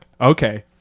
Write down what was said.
Okay